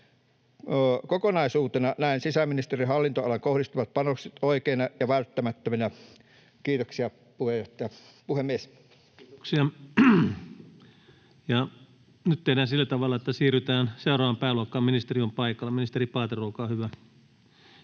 Kokonaisuutena näen sisäministeriön hallinnonalalle kohdistuvat panokset oikeina ja välttämättöminä. — Kiitoksia, puhemies. Kiitoksia. — Ja nyt tehdään sillä tavalla, että siirrytään seuraavaan pääluokkaan, ministeri on paikalla. — Ministeri Paatero, olkaa hyvä.